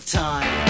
time